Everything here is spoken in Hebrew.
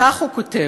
כך הוא כותב: